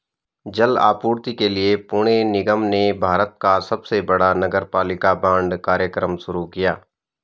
जल आपूर्ति के लिए पुणे निगम ने भारत का सबसे बड़ा नगरपालिका बांड कार्यक्रम शुरू किया